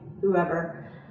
whoever